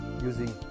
using